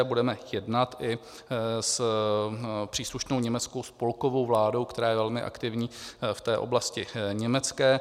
Budeme jednat i s příslušnou německou spolkovou vládou, která je velmi aktivní v oblasti německé.